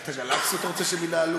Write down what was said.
אז את הגלקסיות אתה רוצה שהם ינהלו?